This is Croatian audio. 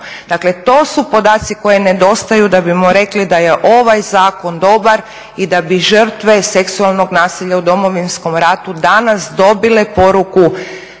Dakle to su podaci koji nedostaju da bismo rekli da je ovaj zakon dobar i da bi žrtve seksualnog nasilja u Domovinskom ratu danas dobile poruku